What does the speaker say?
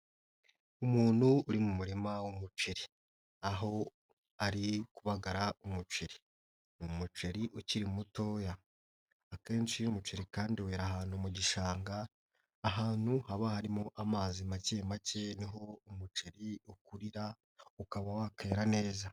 Umuntu uri mu murima w'umuceri aho ari kubagara umuceri, ni umuceri ukiri mutoya, akenshi iyo umuceri kandi wera ahantu mu gishanga ahantu haba harimo amazi make make niho umuceri ukurira, ukaba wakera neza.